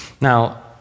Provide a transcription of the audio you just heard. Now